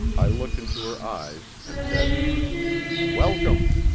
i looked into her eyes, and said welcome!